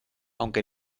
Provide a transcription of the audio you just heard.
aunque